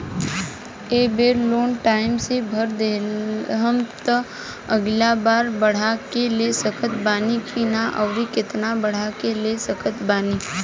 ए बेर loan time से भर देहम त अगिला बार बढ़ा के ले सकत बानी की न आउर केतना बढ़ा के ले सकत बानी?